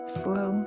slow